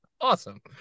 Awesome